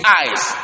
eyes